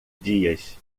dias